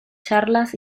charlas